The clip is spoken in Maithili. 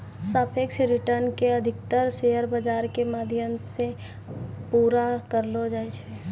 सापेक्ष रिटर्न के अधिकतर शेयर बाजार के माध्यम से पूरा करलो जाय छै